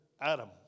Adam